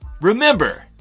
Remember